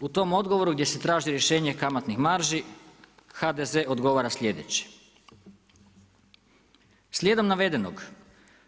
I u tom odgovoru gdje se traži rješenje kamatnih marži HDZ odgovara sljedeće: Slijedom navedenog